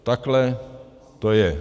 Takhle to je.